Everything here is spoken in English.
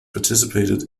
participated